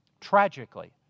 tragically